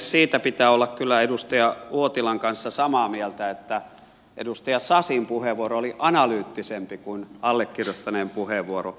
siitä pitää olla kyllä edustaja uotilan kanssa samaa mieltä että edustaja sasin puheenvuoro oli analyyttisempi kuin allekirjoittaneen puheenvuoro